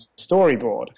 storyboard